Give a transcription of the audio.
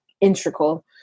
integral